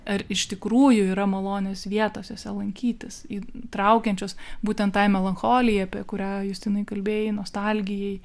ar iš tikrųjų yra malonios vietos jose lankytis įtraukiančios būtent tai melancholijai apie kurią justinai kalbėjai nostalgijai